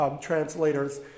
translators